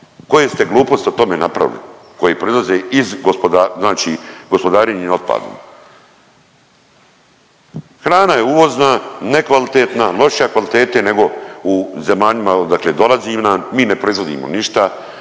Koje ste gluposti o tome napravili koje poizlaze iz, znači gospodarenje otpadom. Hrana je uvozna, nekvalitetna, lošije kvalitete nego u zemaljima odakle dolazi ona. Mi ne proizvodimo ništa.